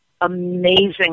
Amazing